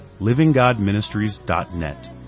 livinggodministries.net